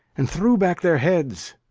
and threw back their heads.